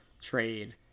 trade